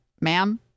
ma'am